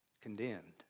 condemned